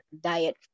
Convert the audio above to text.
diet